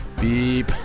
beep